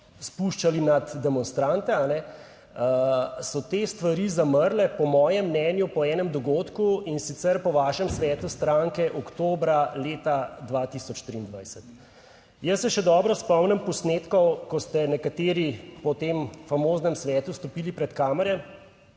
spuščali nad demonstrante, so te stvari zamrle, po mojem mnenju, po enem dogodku, in sicer po vašem svetu stranke oktobra leta 2023. Jaz se še dobro spomnim posnetkov, ko ste nekateri po tem famoznem svetu stopili pred kamere